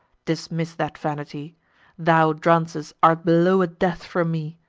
dismiss that vanity thou, drances, art below a death from me.